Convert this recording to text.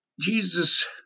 Jesus